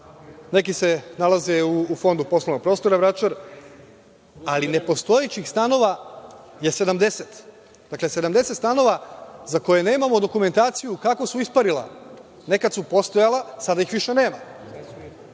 neki se nalazi u Fondu poslovnog prostora Vračar, ali nepostojećih stanova je 70. Dakle, 70 stanova za koje nemamo dokumentaciju kako su isparila. Nekad su postojala, a sada ih više nema.